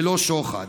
ללא שוחד.